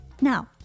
Now